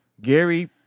Gary